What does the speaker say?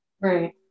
Right